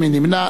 מי נמנע?